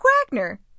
Wagner